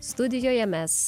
studijoje mes